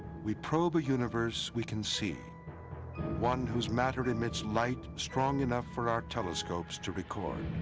we probe a universe we can see one whose matter emits light strong enough for our telescopes to record.